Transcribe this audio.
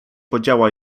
podziała